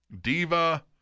Diva